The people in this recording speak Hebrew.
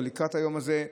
או לקראת היום הזה,